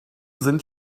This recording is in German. sind